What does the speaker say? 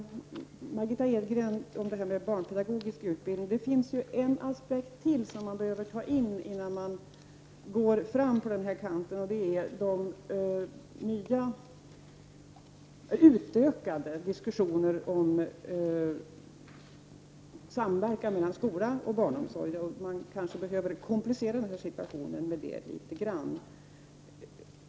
Margitta Edgren nämnde barnpedagogisk utbildning. Det finns en aspekt till som man behöver ta med i sammanhanget, och det är samverkan mellan skola och barnomsorg. Då kanske man behöver komplicera situationen litet grand.